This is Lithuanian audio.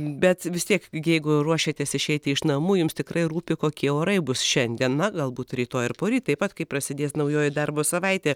bet vis tiek jeigu ruošiatės išeiti iš namų jums tikrai rūpi kokie orai bus šiandien na galbūt rytoj ar poryt taip pat kai prasidės naujoji darbo savaitė